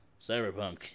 Cyberpunk